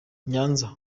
nyanza